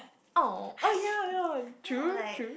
oh oh ya ya true true